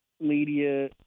Media